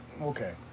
okay